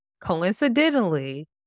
Coincidentally